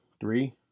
three